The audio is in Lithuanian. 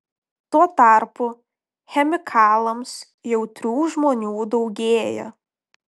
tuo tarpu chemikalams jautrių žmonių daugėja